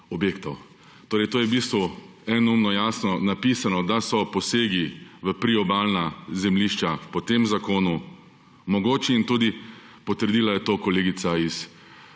objektov.« Torej, to je v bistvu enoumno jasno napisano, da so posegi v priobalna zemljišča po tem zakonu mogoči in tudi potrdila je to kolegica iz